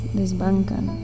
desbancan